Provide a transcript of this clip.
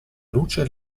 luce